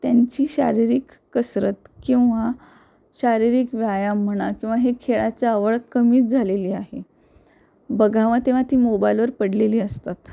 त्यांची शारीरिक कसरत किंवा शारीरिक व्यायाम म्हणा किंवा हे खेळाचं आवड कमीच झालेली आहे बघावं तेव्हा ती मोबाईलवर पडलेली असतात